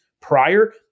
prior